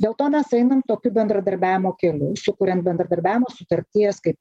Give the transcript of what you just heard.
dėl to mes einam tokiu bendradarbiavimo keliu sukuriant bendradarbiavimo sutarties kaip